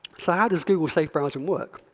so how does google safe browsing work?